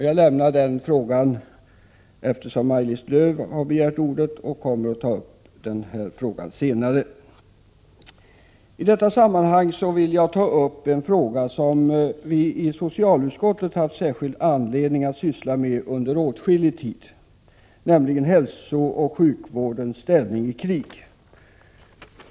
Jag lämnar frågan eftersom Maj-Lis Lööw har begärt ordet och kommer att ta upp detta senare. I detta sammanhang vill jag ta upp en fråga som vi i socialutskottet har haft särskild anledning att syssla med under åtskillig tid — nämligen hälsooch sjukvårdens ställning i krig.